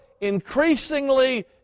increasingly